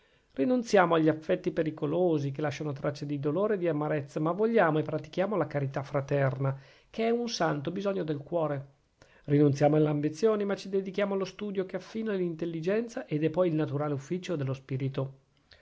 rinunziamo agli affetti pericolosi che lasciano tracce di dolore e di amarezza ma vogliamo e pratichiamo la carità fraterna che è un santo bisogno del cuore rinunziamo alle ambizioni ma ci dedichiamo allo studio che affina l'intelligenza ed è poi il naturale ufficio dello spirito